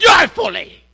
Joyfully